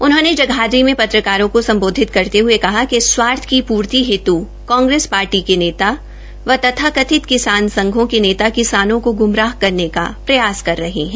उन्होंने जगाधरी में पत्रकारों को संबोधित करते हुए कहा कि स्वार्थ की पूर्ति हेतु कांग्रेस पार्टी के नेता व तथाकथित किसान संघों के नेता किसानों को गुमराह करने का प्रयास कर रहे हैं